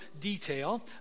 detail